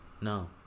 No